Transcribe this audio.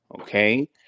okay